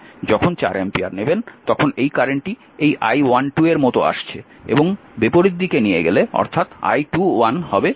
যখন 4 অ্যাম্পিয়ার নেবেন তখন এই কারেন্টটি এই I12 এর মতো আসছে এবং কিন্তু বিপরীত দিকে নিয়ে গেলে অর্থাৎ I21 হবে 4 অ্যাম্পিয়ার